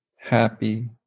happy